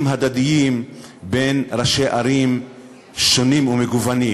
הדדיים בין ראשי ערים שונים ומגוונים.